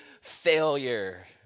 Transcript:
failure